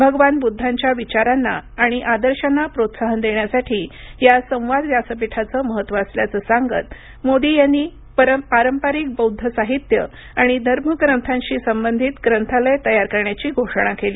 भगवान बुद्धांच्या विचारांना आणि आदर्शांना प्रोत्साहन देण्यासाठी या संवाद व्यासपीठाचे महत्त्व असल्याचं सांगत मोदींनी पारंपरिक बौद्ध साहित्य आणि धर्मग्रंथांशी संबंधित ग्रंथालय तयार करण्याची घोषणा केली